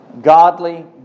godly